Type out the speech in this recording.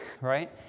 right